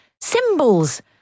Symbols